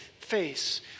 face